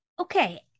Okay